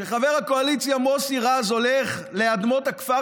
כשחבר הקואליציה מוסי רז הולך לאדמות הכפר